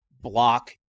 block